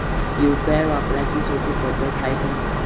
UPI वापराची सोपी पद्धत हाय का?